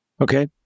Okay